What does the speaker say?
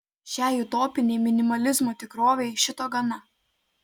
šiai utopinei minimalizmo tikrovei šito gana